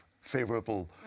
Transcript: favorable